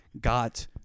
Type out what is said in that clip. got